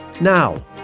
Now